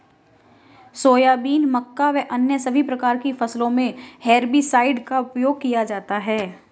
soybean, मक्का व अन्य सभी प्रकार की फसलों मे हेर्बिसाइड का उपयोग किया जाता हैं